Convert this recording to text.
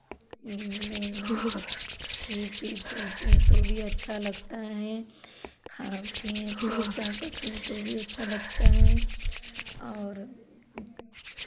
मैना पक्षी भी बोलती हैं तो भी अच्छा लगता है खाती हैं चूँ चाँ करती हैं तो भी अच्छा लगता है और